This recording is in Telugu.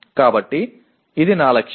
కాబట్టి ఇది నా లక్ష్యం